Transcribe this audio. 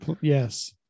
yes